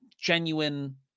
genuine